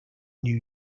new